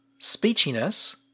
speechiness